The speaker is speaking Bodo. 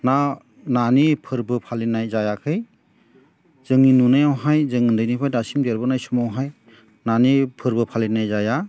ना नानि फोरबो फालिनाय जायाखै जोंनि नुनायावहाय जों उन्दैनिफ्राय दासिम देरबोनायसिम बे समावहाय नानि फोरबो फालिनाय जाया